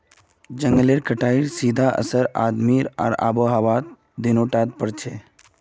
जंगलेर कटाईर सीधा असर आदमी आर आबोहवात दोनों टात पोरछेक